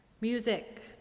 music